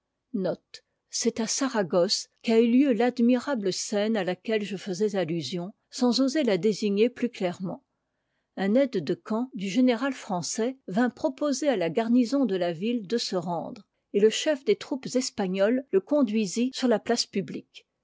saragosse qu'a eu lieu l'admirable scène à laquelle je faisais allusion sans oser la désigner plus clairement un aide de camp du général français vint proposer à la garnison de la ville de se rendre et le chef des troupes espagnoles le conduisit sur la place publique